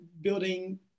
building